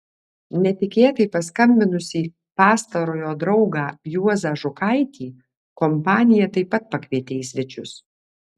netikėtai paskambinusį pastarojo draugą juozą žukaitį kompanija taip pat pakvietė į svečius